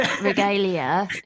regalia